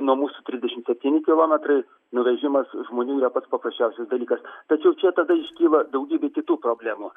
nuo mūsų trisdešimt septyni kilometrai nuvežimas žmonių yra pats paprasčiausias dalykas tačiau čia tada iškyla daugybė kitų problemų